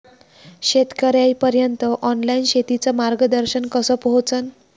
शेतकर्याइपर्यंत ऑनलाईन शेतीचं मार्गदर्शन कस पोहोचन?